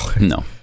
No